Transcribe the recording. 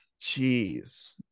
jeez